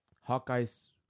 hawkeye's